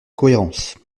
cohérence